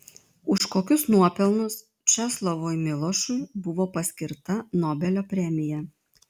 už kokius nuopelnus česlovui milošui buvo paskirta nobelio premija